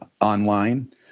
online